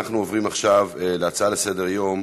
אנחנו עוברים עכשיו להצעות לסדר-היום